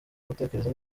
gutekereza